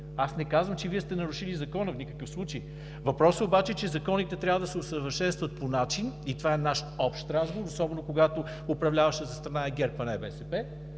Аз не казвам, че Вие сте нарушили Закона. В никакъв случай! Въпросът обаче е, че законите трябва да се усъвършенстват и това е наш общ разговор, особено когато управляващата страна е ГЕРБ, а не БСП.